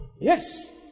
Yes